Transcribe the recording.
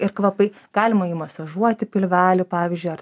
ir kvapai galima įmasažuoti pilvelį pavyzdžiui ar